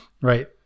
right